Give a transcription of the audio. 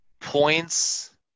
points